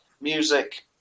Music